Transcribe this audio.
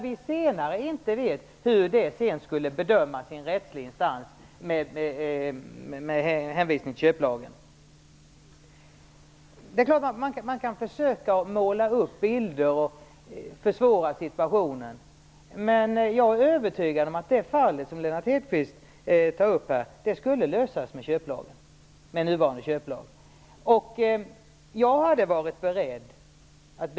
Vi vet inte hur det skulle bedömas i en rättslig instans med hänsyn till köplagen. Det är klart att man kan försöka måla upp bilder av svåra situationer, men jag är övertygad om att den nuvarande köplagen skulle vara tillämplig för det fall som Lennart Hedquist här tog upp.